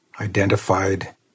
identified